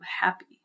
happy